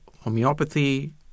homeopathy